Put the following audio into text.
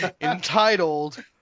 entitled